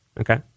Okay